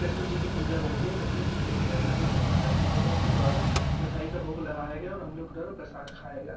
कृष्ण जी की पूजा होती है कृस्न जी की पूजा करने के पश्चात हम लोगों के द्वारा मिठाई का भोग लगाया गया और हम लोग के द्वारा प्रसाद खाया गया